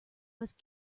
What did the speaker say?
must